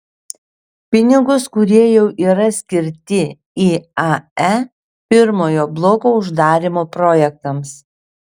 pinigus kurie jau yra skirti iae pirmojo bloko uždarymo projektams